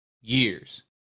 Years